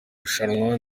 rushanwa